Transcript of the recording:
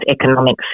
economic